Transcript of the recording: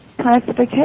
classification